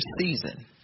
season